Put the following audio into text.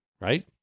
right